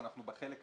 אנחנו בחלק הפלילי,